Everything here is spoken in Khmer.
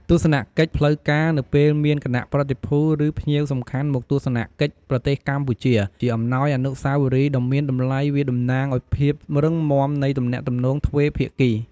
ទស្សនកិច្ចផ្លូវការនៅពេលមានគណៈប្រតិភូ ឬភ្ញៀវសំខាន់មកទស្សនកិច្ចប្រទេសកម្ពុជា ជាអំណោយអនុស្សាវរីយ៍ដ៏មានតម្លៃវាតំណាងឱ្យភាពរឹងមាំនៃទំនាក់ទំនងទ្វេភាគី។